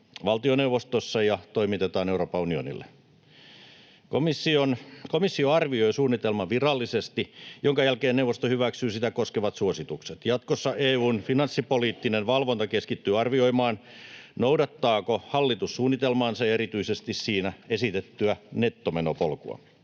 valtioneuvostossa ja toimitetaan Euroopan unionille. Komissio arvioi suunnitelman virallisesti, jonka jälkeen neuvosto hyväksyy sitä koskevat suositukset. Jatkossa EU:n finanssipoliittinen valvonta keskittyy arvioimaan, noudattaako hallitus suunnitelmaansa ja erityisesti siinä esitettyä nettomenopolkua.